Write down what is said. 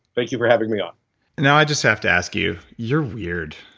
thank you for having me on now, i just have to ask you, you're weird.